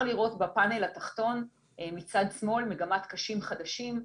בפאנל התחתון מצד שמאל אפשר לראות מגמת קשים חדשים,